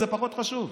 זה פחות חשוב.